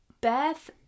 Beth